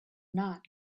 not